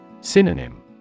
Synonym